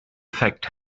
affect